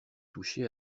toucher